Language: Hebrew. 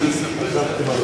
נתקבל.